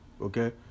okay